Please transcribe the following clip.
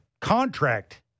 contract